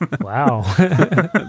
wow